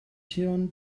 tune